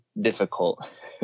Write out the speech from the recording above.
difficult